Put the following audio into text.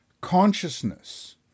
consciousness